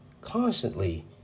constantly